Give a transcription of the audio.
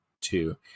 two